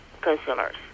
consumers